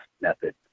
method